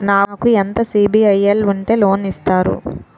నాకు ఎంత సిబిఐఎల్ ఉంటే లోన్ ఇస్తారు?